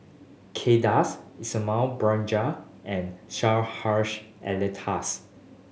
Kay Das Ismail and Hussh Alatas